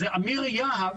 אז אמיר יהב,